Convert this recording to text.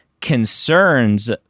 concerns